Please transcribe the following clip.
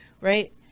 right